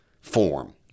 form